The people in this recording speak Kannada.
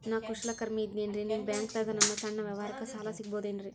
ನಾ ಕುಶಲಕರ್ಮಿ ಇದ್ದೇನ್ರಿ ನಿಮ್ಮ ಬ್ಯಾಂಕ್ ದಾಗ ನನ್ನ ಸಣ್ಣ ವ್ಯವಹಾರಕ್ಕ ಸಾಲ ಸಿಗಬಹುದೇನ್ರಿ?